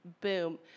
boom